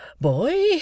Boy